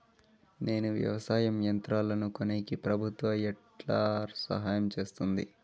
నేను వ్యవసాయం యంత్రాలను కొనేకి ప్రభుత్వ ఎట్లా సహాయం చేస్తుంది?